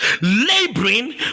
laboring